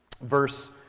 verse